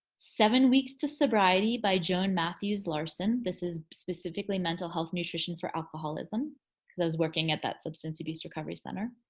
seven weeks to sobriety by joan matthews larson. this is specifically mental health nutrition for alcoholism cause i was working at that substance abuse recovery center,